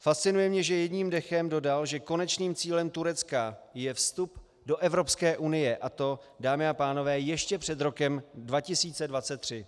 Fascinuje mě, že jedním dechem dodal, že konečným cílem Turecka je vstup do Evropské unie, a to, dámy a pánové, ještě před rokem 2023.